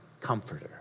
comforter